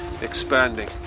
expanding